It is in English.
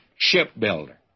shipbuilder